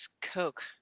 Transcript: Coke